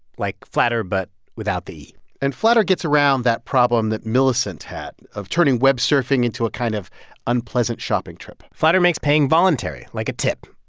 like flatter but without the e and flattr gets around that problem that millicent had of turning web surfing into a kind of unpleasant shopping trip flattr makes paying voluntary, like a tip.